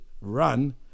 run